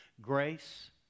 grace